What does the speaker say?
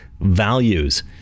values